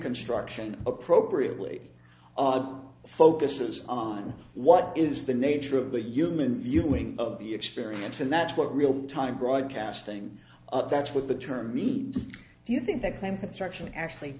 construction appropriately focuses on what is the nature of the human viewing of the experience and that's what real time broadcasting that's what the term means do you think that time construction actually